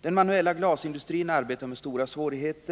Den manuella glasindustrin har stora svårigheter.